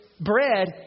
bread